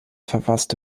verfasste